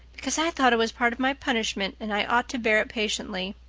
because i thought it was part of my punishment and i ought to bear it patiently.